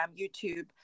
YouTube